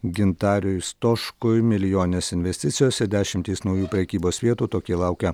gintariui stoškui milijoninės investicijos ir dešimtys naujų prekybos vietų tokie laukia